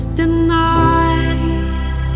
denied